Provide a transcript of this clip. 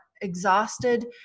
exhausted